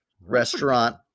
restaurant